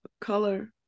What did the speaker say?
color